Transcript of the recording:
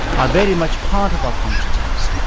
are very much part of our consciousness.